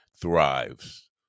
thrives